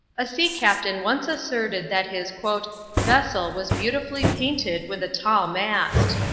a sea-captain once asserted that his vessel was beautifully painted with a tall mast.